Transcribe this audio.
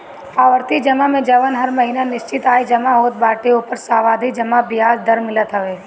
आवर्ती जमा में जवन हर महिना निश्चित आय जमा होत बाटे ओपर सावधि जमा बियाज दर मिलत हवे